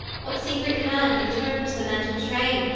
what secret hand returns the mental train,